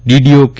DDO કે